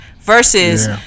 versus